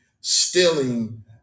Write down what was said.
stealing